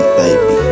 baby